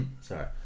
Sorry